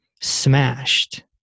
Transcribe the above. smashed